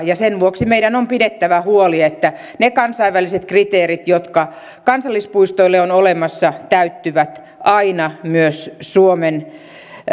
ja sen vuoksi meidän on pidettävä huoli että ne kansainväliset kriteerit jotka kansallispuistoille on olemassa täyttyvät aina myös suomen